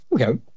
Okay